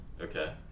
Okay